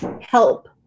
help